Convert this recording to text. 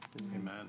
Amen